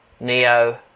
Neo